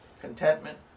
contentment